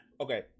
okay